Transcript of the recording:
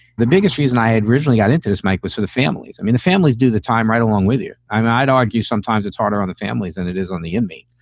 the biggest reason i originally got into this, mike, was for the families. i mean, the families do the time right along with you. i mean, i'd argue sometimes it's harder on the families than it is on the inmate.